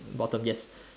bottom yes